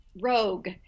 rogue